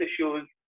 issues